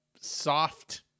soft